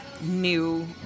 new